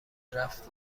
رفت